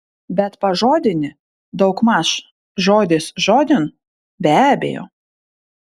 bet pažodinį daugmaž žodis žodin be abejo